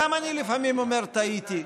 גם אני לפעמים אמרתי שטעיתי,